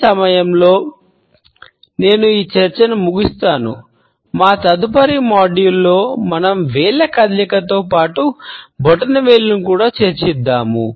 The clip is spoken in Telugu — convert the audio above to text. ఈ సమయంలో నేను ఈ చర్చను మూగిస్తాను మా తదుపరి మాడ్యూల్లో కూడా చర్చిద్దాము